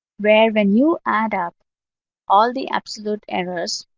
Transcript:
where when you add up all the absolute errors,